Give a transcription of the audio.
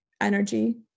energy